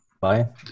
Bye